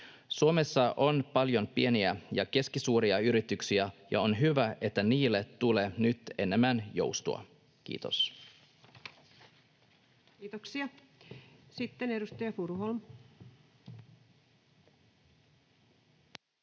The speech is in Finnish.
Suomessa on paljon pieniä ja keskisuuria yrityksiä, ja on hyvä, että niille tulee nyt enemmän joustoa. — Kiitos. Kiitoksia. — Sitten edustaja Furuholm. Arvoisa